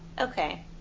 Okay